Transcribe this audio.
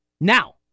Now